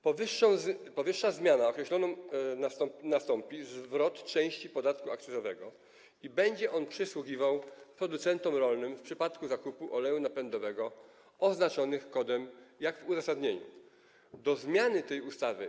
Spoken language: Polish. Powyższą zmianą określono, że nastąpi zwrot części podatku akcyzowego i będzie on przysługiwał producentom rolnym w przypadku zakupu oleju napędowego oznaczonego kodem jak w uzasadnieniu do zmiany tej ustawy.